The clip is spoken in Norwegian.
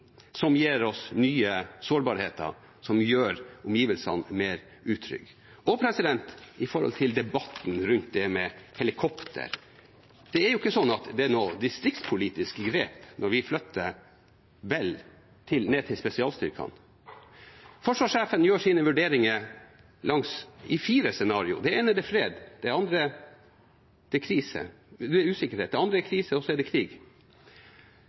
som gir oss nye sårbarheter som gjør omgivelsene mer utrygge. Og når det gjelder debatten rundt det med helikopter: Det er jo ikke slik at det er noe distriktspolitisk i det når vi flytter Bell ned til spesialstyrkene. Forsvarssjefen gjør sine vurderinger i fire scenarioer: fred, krise, usikkerhet og krig. I krisescenarioet er det at spesialstyrkene har en kontraterrorkapasitet, et veldig verdsatt verktøy, rett og slett fordi det